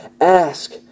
Ask